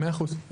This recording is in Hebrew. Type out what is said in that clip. מאה אחוז.